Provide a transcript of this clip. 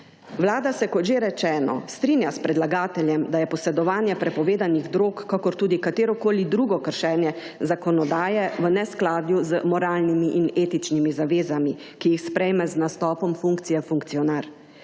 Vlada se, kot že rečeno, strinja s predlagateljem, da je posedovanje prepovedanih drog kot tudi katerokoli drugo kršenje zakonodaje v neskladju z moralnimi in etičnimi zavezami, ki jih sprejme z nastopom funkcije funkcionar,